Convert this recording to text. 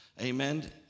Amen